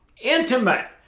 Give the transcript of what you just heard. intimate